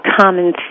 common